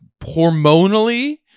hormonally